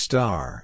Star